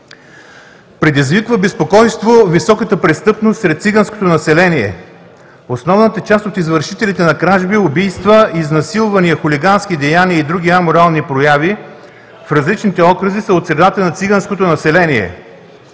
„Предизвиква безпокойство високата престъпност сред циганското население. Основната част от извършителите на кражби, убийства, изнасилвания, хулигански деяния и други аморални прояви в различните окръзи са от средата на циганското население“.